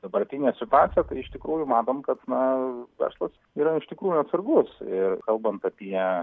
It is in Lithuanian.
dabartinė situacija kai iš tikrųjų matom kad na verslas yra iš tikrųjų atsargus ir kalbant apie